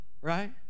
right